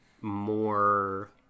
more